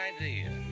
idea